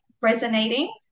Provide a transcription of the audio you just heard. resonating